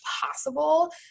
possible